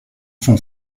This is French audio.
son